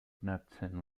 knudsen